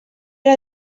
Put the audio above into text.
era